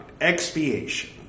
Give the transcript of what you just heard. Expiation